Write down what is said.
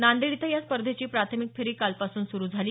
नांदेड इथंही या स्पर्धेची प्राथमिक फेरी कालपासून सुरु झाली